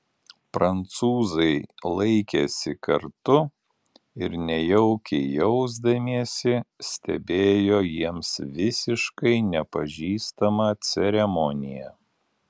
prancūzai laikėsi kartu ir nejaukiai jausdamiesi stebėjo jiems visiškai nepažįstamą ceremoniją